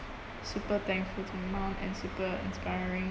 super thankful to mum and super inspiring